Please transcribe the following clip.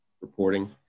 reporting